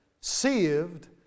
saved